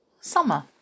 summer